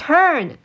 Turn